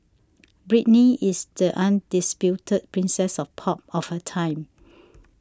Britney is the undisputed princess of pop of her time